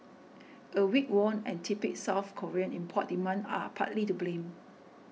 a weak won and tepid South Korean import demand are partly to blame